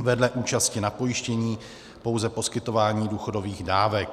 vedle účasti na pojištění pouze poskytování důchodových dávek.